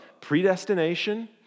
predestination